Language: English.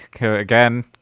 Again